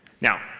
Now